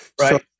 Right